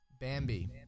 Bambi